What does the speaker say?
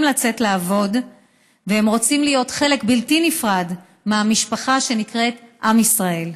מאוד לעבוד ורוצים להיות חלק בלתי נפרד מהמשפחה שנקראת עם ישראל.